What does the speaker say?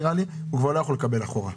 הוא כבר לא יכול לקבל אחורה.